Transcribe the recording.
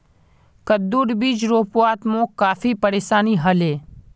कद्दूर बीज रोपवात मोक काफी परेशानी ह ले